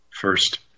First